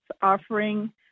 offering